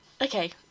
Okay